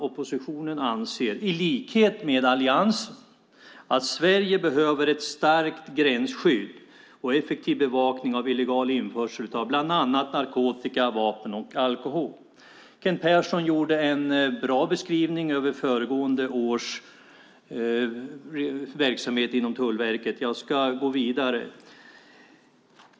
Oppositionen anser, i likhet med alliansen, att Sverige behöver ett starkt gränsskydd och en effektiv bevakning av illegal införsel av bland annat narkotika, vapen och alkohol. Kent Persson gjorde en bra beskrivning av föregående års verksamhet inom Tullverket. Jag ska gå vidare.